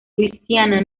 luisiana